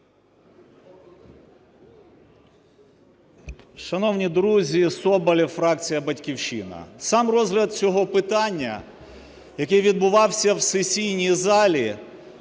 Шановні друзі! Соболєв, фракція "Батьківщина". Сам розгляд цього питання, який відбувався в сесійній залі,